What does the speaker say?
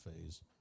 phase